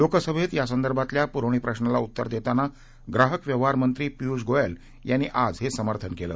लोकसभेत यासंदर्भातल्या पुरवणी प्रशाला उत्तर देताना ग्राहक व्यवहार मंत्री पियुष गोयल यांनी आज हे समर्थन केलं